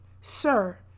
sir